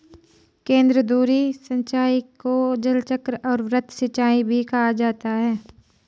केंद्रधुरी सिंचाई को जलचक्र और वृत्त सिंचाई भी कहा जाता है